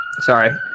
Sorry